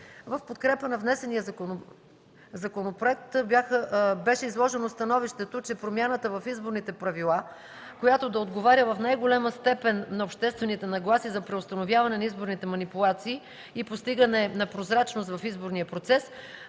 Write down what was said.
В подкрепа на внесения законопроект беше изложено становището, че промяната в изборните правила, която да отговаря в най-голяма степен на обществените нагласи за преустановяване на изборните манипулации и постигане на прозрачност в изборният процес,